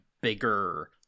bigger